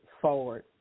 forward